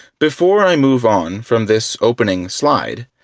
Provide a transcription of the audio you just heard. before i move on from this opening slide,